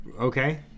Okay